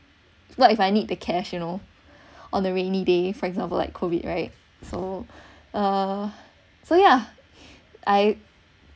what if I need the cash you know on a rainy day for example like COVID right so uh so yeah I